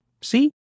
See